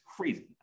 crazy